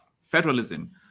federalism